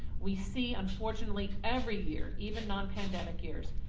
we see unfortunately every year, even non pandemic years,